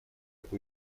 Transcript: это